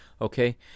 okay